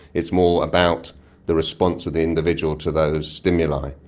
it's more about the response of the individual to those stimuli.